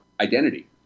identity